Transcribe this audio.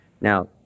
now